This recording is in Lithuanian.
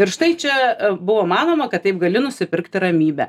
ir štai čia buvo manoma kad taip gali nusipirkti ramybę